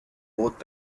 both